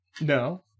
No